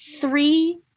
three